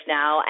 now